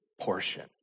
portion